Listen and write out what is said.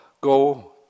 go